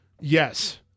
Yes